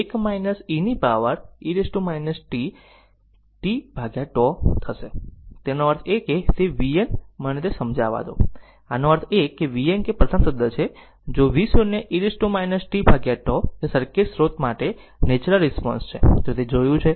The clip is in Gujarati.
તેથી તેનો અર્થ એ છે કે તે vn મને તે સમજાવા દો એનો અર્થ એ કે vn કે જે પ્રથમ શબ્દ છે જો v0 e t tτ કે સર્કિટ સ્રોત માટે નેચરલ રિસ્પોન્સ છે તો તે જોયું છે